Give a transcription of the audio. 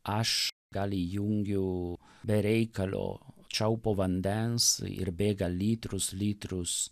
aš gal įjungiu be reikalo čiaupo vandens ir bėga litrus litrus